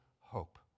hope